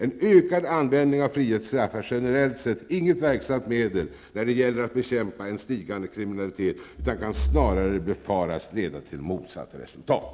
En ökad användning av frihetsstraff är generellt sett inget verksamt medel när det gäller att bekämpa en stigande kriminalitet, utan kan snarare befaras leda till motsatt resultat.